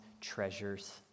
treasures